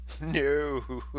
no